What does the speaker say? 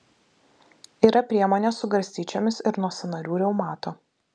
yra priemonė su garstyčiomis ir nuo sąnarių reumato